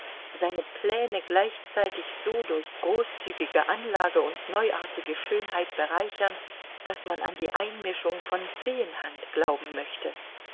seine pläne gleichzeitig so durch großzügige anlage und neuartige schönheit bereichern daß man an die einmischung von feenhand glauben möchte